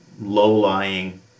low-lying